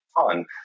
fun